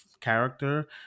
character